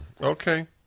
Okay